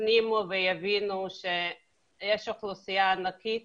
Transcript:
יפנימו ויבינו שיש אוכלוסייה ענקית